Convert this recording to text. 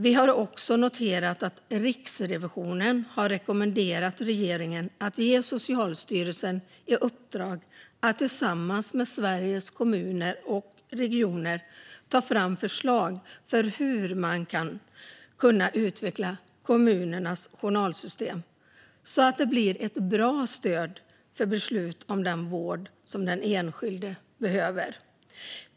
Vi har också noterat att Riksrevisionen har rekommenderat regeringen att ge Socialstyrelsen i uppdrag att tillsammans med Sveriges Kommuner och Regioner ta fram förslag för hur man ska kunna utveckla kommunernas journalsystem så att det blir ett bra stöd för beslut om den vård som den enskilde behöver.